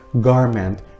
garment